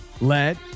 Let